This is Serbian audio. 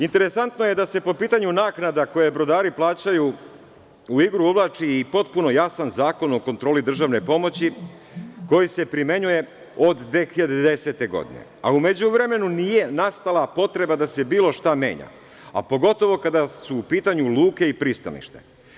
Interesantno je da se po pitanju naknada koje brodari plaćaju u igru uvlači i potpuno jasan Zakon o kontroli državne pomoći koji se primenjuje od 2010. godine, a u međuvremenu nije nastala potreba da se bilo šta menja, a pogotovo kada su u pitanju luke i pristaništa.